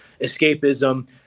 escapism